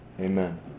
Amen